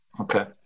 okay